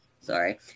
sorry